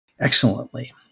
excellently